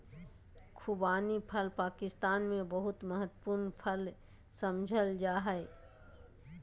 खुबानी फल पाकिस्तान में बहुत महत्वपूर्ण फल समझल जा हइ